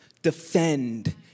defend